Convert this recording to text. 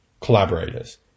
Collaborators